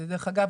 דרך אגב,